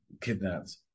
kidnapped